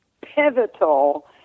pivotal